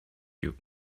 you